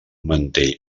mantell